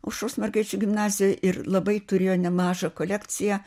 aušros mergaičių gimnazijoj ir labai turėjo nemažą kolekciją